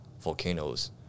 volcanoes